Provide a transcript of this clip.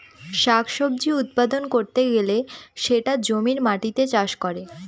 শাক সবজি উৎপাদন করতে গেলে সেটা জমির মাটিতে চাষ করে